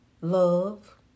Love